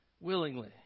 willingly